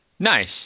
Nice